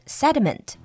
sediment